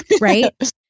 right